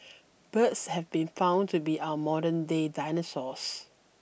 birds have been found to be our modernday dinosaurs